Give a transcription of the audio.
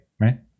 right